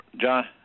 John